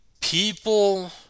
people